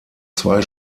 zwei